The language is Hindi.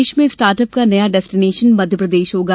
देश में स्टार्टअप का नया डेस्टिनेशन मध्यप्रदेश होगा